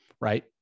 Right